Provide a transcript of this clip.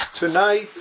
Tonight